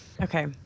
Okay